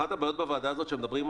אחת הבעיות בוועדה הזאת היא שמדברים עם